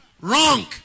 Wrong